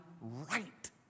right